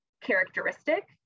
characteristic